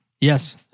Yes